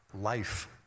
life